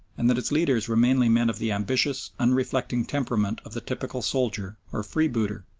and that its leaders were mainly men of the ambitious, unreflecting temperament of the typical soldier, or freebooter,